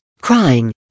Crying